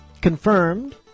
confirmed